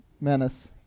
Menace